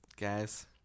guys